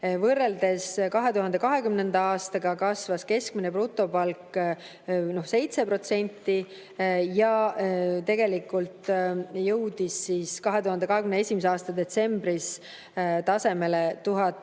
Võrreldes 2020. aastaga kasvas keskmine brutopalk 7% ja jõudis 2021. aasta detsembris tasemele 1756